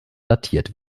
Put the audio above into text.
datiert